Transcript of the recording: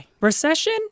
Recession